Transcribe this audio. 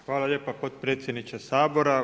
Hvala lijepo potpredsjedniče Sabora.